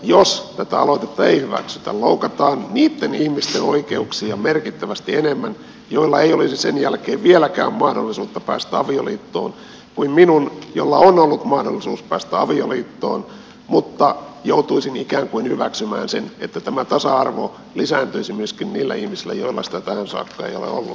jos tätä aloitetta ei hyväksytä tässä asiassa loukataan niitten ihmisten joilla ei olisi sen jälkeen vieläkään mahdollisuutta päästä avioliittoon oikeuksia merkittävästi enemmän kuin minun jolla on ollut mahdollisuus päästä avioliittoon mutta joutuisin ikään kuin hyväksymään sen että tämä tasa arvo lisääntyisi myöskin niillä ihmisillä joilla sitä tähän saakka ei ole ollut